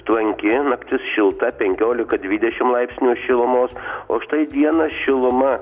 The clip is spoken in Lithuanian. tvanki naktis šilta penkiolika dvidešimt laipsnių šilumos o štai dieną šiluma